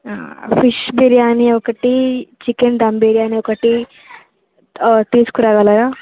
fish biryani ఒకటి chicken dum biryani ఒకటి తీసుకురాగలరా